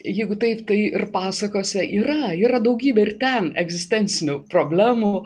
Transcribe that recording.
jeigu taip tai ir pasakose yra yra daugybė ir ten egzistencinių problemų